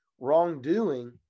wrongdoing